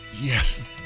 yes